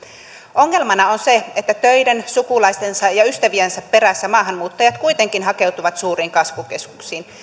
ongelmana on se että töiden sukulaistensa ja ystäviensä perässä maahanmuuttajat kuitenkin hakeutuvat suuriin kasvukeskuksiin